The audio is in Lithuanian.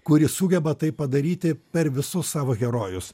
kuri sugeba tai padaryti per visus savo herojus